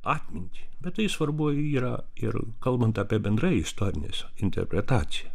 atmintį bet tai svarbu yra ir kalbant apie bendrai istorinės interpretaciją